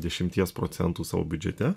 dešimties procentų savo biudžete